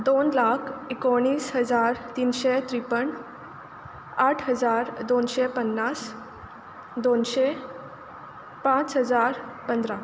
दोन लाख एकोणीस हजार तिनशे त्रेप्पन आठ हजार दोनशें पन्नास दोनशें पांच हजार पंदरा